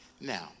Now